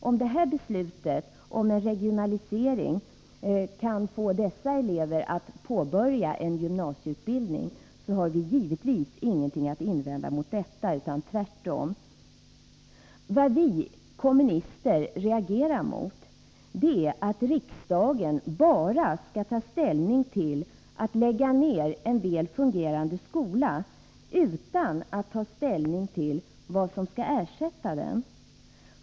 Om beslutet om en regionalisering kan få dessa elever att påbörja en gymnasieutbildning, har vi givetvis ingenting att invända mot detta — tvärtom. Vad vi kommunister reagerar mot är att riksdagen enbart skall ta ställning till frågan om att lägga ner en väl fungerande skola, utan att samtidigt ta ställning till vad som skall ersätta den.